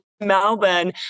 Melbourne